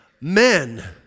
men